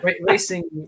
racing